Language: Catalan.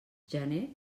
gener